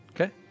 Okay